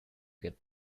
get